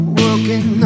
working